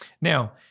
Now